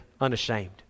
unashamed